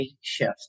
shift